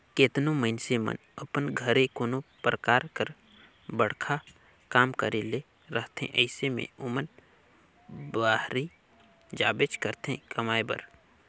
केतनो मइनसे मन अपन घरे कोनो परकार कर बड़खा काम करे ले रहथे अइसे में ओमन बाहिरे जाबेच करथे कमाए बर